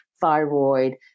thyroid